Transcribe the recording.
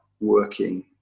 working